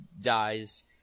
dies